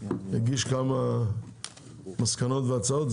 הגיש כמה מסקנות והצעות.